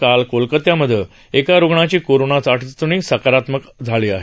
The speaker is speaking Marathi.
काल कोलकात्यामध्ये एका रूग्णाची कोरोना चाचणी सकारात्मक आली आहे